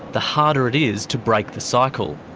the harder it is to break the cycle.